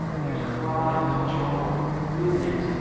there's a broad cultural movement,